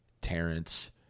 Terrence